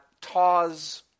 Taw's